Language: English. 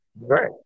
Right